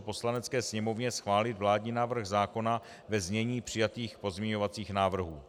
Poslanecké sněmovně schválit vládní návrh zákona ve znění přijatých pozměňovacích návrhů.